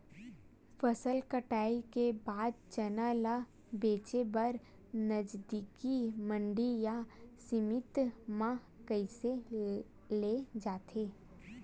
फसल कटाई के बाद चना ला बेचे बर नजदीकी मंडी या समिति मा कइसे ले जाथे?